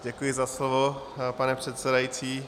Děkuji za slovo, pane předsedající.